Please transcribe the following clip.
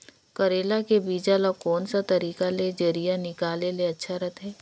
करेला के बीजा ला कोन सा तरीका ले जरिया निकाले ले अच्छा रथे?